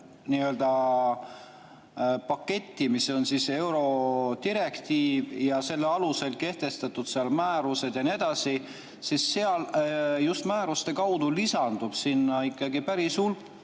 paketti, mis on eurodirektiiv ja selle alusel kehtestatud määrused ja nii edasi, siis seal just määruste kaudu lisandub ikka päris